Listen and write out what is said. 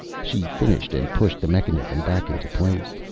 she finished and pushed the mechanism back into place.